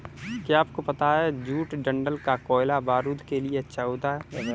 क्या आपको पता है जूट डंठल का कोयला बारूद के लिए अच्छा होता है